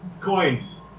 coins